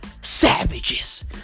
savages